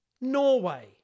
Norway